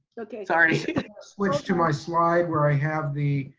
okay. sorry. switch to my slide where i have the